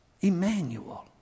Emmanuel